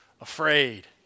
afraid